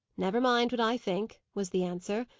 never mind what i think, was the answer.